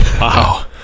wow